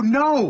no